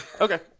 Okay